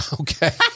Okay